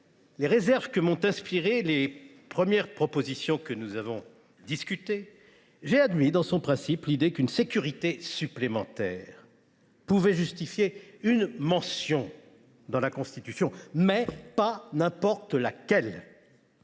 les réserves que m’ont inspirées les premières propositions dont nous avons discuté, j’ai admis, dans son principe, l’idée qu’une sécurité supplémentaire pouvait justifier une mention dans la Constitution – pas n’importe laquelle